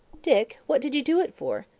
dick, what did you do it for?